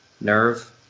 nerve